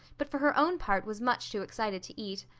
but for her own part was much too excited to eat.